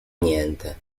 niente